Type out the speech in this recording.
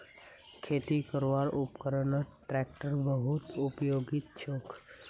खेती करवार उपकरनत ट्रेक्टर बहुत उपयोगी छोक